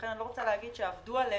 לכן אני לא רוצה להגיד שעבדו עלינו,